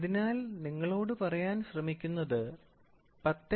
അതിനാൽ നിങ്ങളോട് പറയാൻ ശ്രമിക്കുന്നത് 10